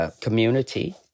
community